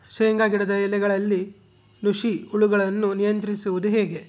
ಶೇಂಗಾ ಗಿಡದ ಎಲೆಗಳಲ್ಲಿ ನುಷಿ ಹುಳುಗಳನ್ನು ನಿಯಂತ್ರಿಸುವುದು ಹೇಗೆ?